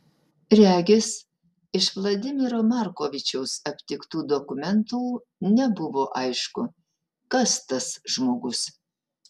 regis iš vladimiro markovičiaus aptiktų dokumentų nebuvo aišku kas tas žmogus